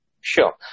Sure